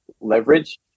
leverage